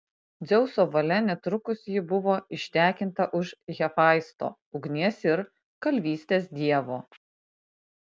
dzeuso valia netrukus ji buvo ištekinta už hefaisto ugnies ir kalvystės dievo